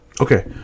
Okay